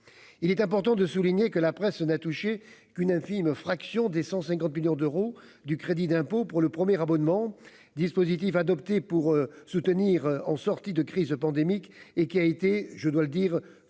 il est important de souligner que la presse n'a touché qu'une infime fraction des 150 millions d'euros du crédit d'impôt pour le premier abonnement dispositif adopté pour soutenir en sortie de crise pandémique et qui a été, je dois le dire,